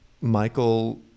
Michael